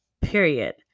period